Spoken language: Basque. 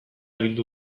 bildu